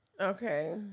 Okay